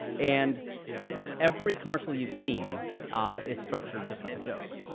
and every commercial you've seen is structured just like a joke.